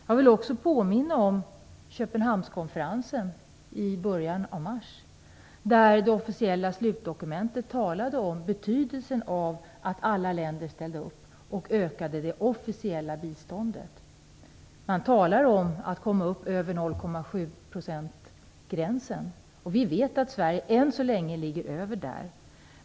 Jag vill också påminna om Köpenhamnskonferensen i början av mars där det officiella slutdokumentet talade om betydelsen av att alla länder ställer upp och ökar det officiella biståndet. Man talar om att komma upp över 0,7-procentsgränsen. Vi vet att Sverige än så länge ligger över gränsen.